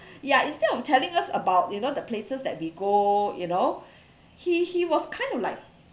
ya instead of telling us about you know the places that we go you know he he was kind of like